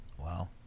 Wow